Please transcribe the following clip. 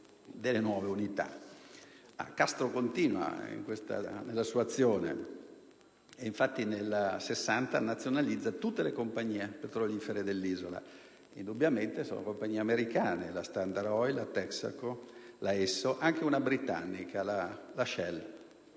delle nuove unità. Castro continua nella sua azione e nel 1960 nazionalizza tutte le compagnie petrolifere dell'isola, prevalentemente compagnie americane, la Standard Oil, la Texaco, la Esso, e anche una britannica, la Shell;